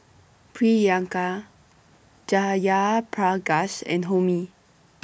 Priyanka Jayaprakash and Homi